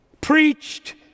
preached